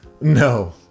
No